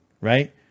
right